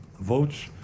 Votes